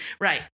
Right